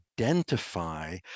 identify